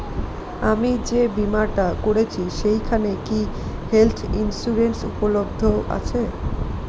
আমি যে বীমাটা করছি সেইখানে কি হেল্থ ইন্সুরেন্স উপলব্ধ আছে?